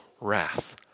wrath